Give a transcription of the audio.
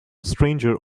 stranger